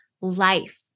life